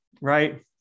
right